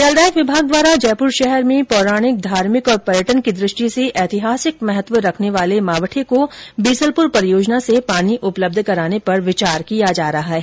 जलदाय विभाग द्वारा जयपुर शहर में पौराणिक धार्मिक और पर्यटन की दृष्टि से ऐतिहासिक महत्व रखने वाले मावठे को बीसलपुर परियोजना से पानी उपलब्ध कराने पर विचार किया जा रहा है